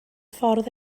ffordd